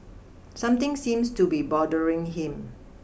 something seems to be bothering him